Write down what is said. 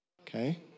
Okay